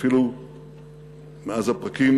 ואפילו מאז הפרקים